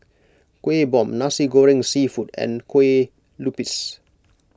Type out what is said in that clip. Kuih Bom Nasi Goreng Seafood and Kue Lupis